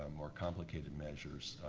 ah more complicated measures,